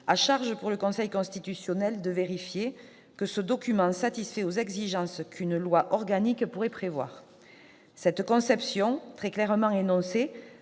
à charge pour le Conseil constitutionnel de vérifier [...] que ce document satisfait aux exigences qu'une loi organique pourrait prévoir ». Cette conception, très clairement énoncée,